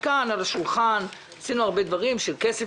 כאן על השולחן עשינו הרבה דברים שנוגעים בכסף,